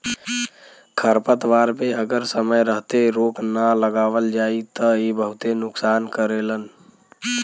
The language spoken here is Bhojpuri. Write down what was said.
खरपतवार पे अगर समय रहते रोक ना लगावल जाई त इ बहुते नुकसान करेलन